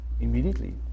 immediately